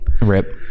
Rip